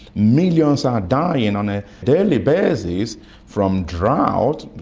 millions are dying on a daily basis from drought,